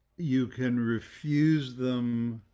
you can refuse them.